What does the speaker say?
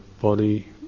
body